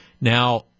Now